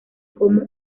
como